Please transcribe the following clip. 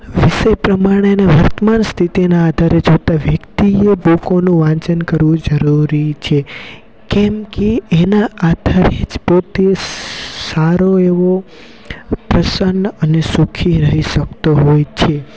વિષય પ્રમાણેને વર્તમાન સ્થિતિના આધારે જોતાં વ્યક્તિએ બુકોનું વાંચન કરવું જરૂરી છે કેમ કે એના આધારે જ પોતે સારો એવો પ્રસન્ન અને સુખી રહી શકતો હોય છે